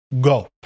Go